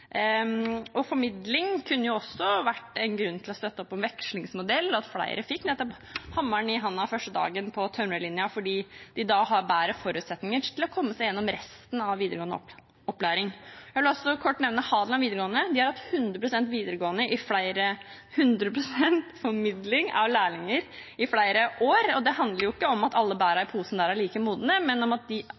Formidling kunne også vært en grunn til å støtte opp om en vekslingsmodell – at flere fikk hammeren i hånda først dagen på tømrerlinja fordi de da har bedre forutsetninger til å komme seg gjennom resten av videregående opplæring. Jeg vil også kort nevne Hadeland videregående, de har hatt 100 pst. formidling av lærlinger i flere år. Det handler ikke om at alle bær i posen er like modne, men om at de